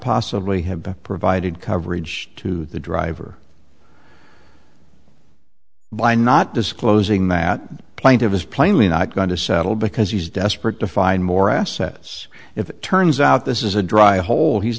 possibly have provided coverage to the driver by not disclosing that plaintive is plainly not going to settle because he's desperate to find more assets if it turns out this is a dry hole he's